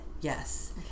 yes